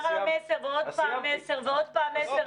הוא חזר על המסר ועוד פעם מסר ועוד פעם מסר.